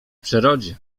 przyrodzie